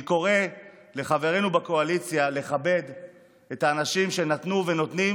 אני קורא לחברינו בקואליציה לכבד את האנשים שנתנו ונותנים